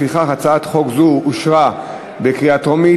לפיכך הצעת חוק זו אושרה בקריאה טרומית